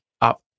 up